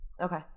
okay